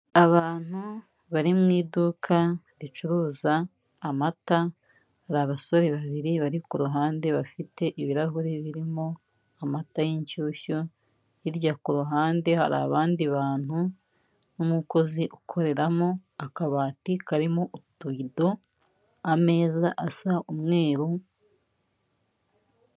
Abantu bari mu iduka ricuruza amata hari abasore babiri bari ku ruhande bafite ibirahuri birimo amata y'inshyushyu, hirya ku ruhande hari abandi bantu nk'umukozi ukoreramo akabati karimo utubido, ameza asa umweru.